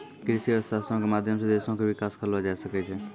कृषि अर्थशास्त्रो के माध्यम से देशो के विकास करलो जाय सकै छै